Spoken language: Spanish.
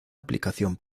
aplicación